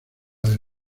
del